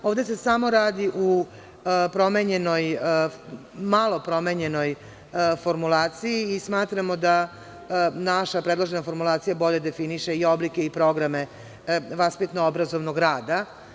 Ovde se samo radi o malo promenjenoj formulaciji i smatramo da naša predložena formulacija bolje definiše i oblike i programe vaspitno-obrazovnog rada.